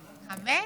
חמש?